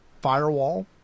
firewall